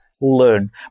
learn